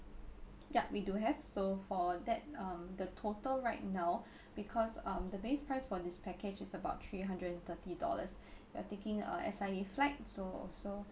ya we do have so for that um the total right now because um the base price for this package is about three hundred and thirty dollars you are taking uh S_I_A flight so also